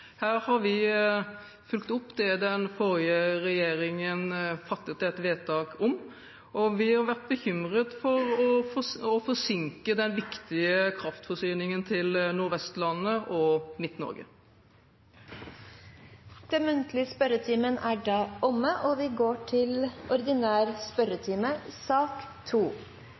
Her har vi fulgt opp det den forrige regjeringen fattet et vedtak om, og vi har vært bekymret for å forsinke den viktige kraftforsyningen til Nordvestlandet og Midt-Norge. Dermed er den muntlige spørretimen omme, og vi går over til